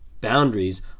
boundaries